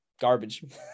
garbage